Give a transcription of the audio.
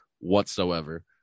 whatsoever